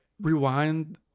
rewind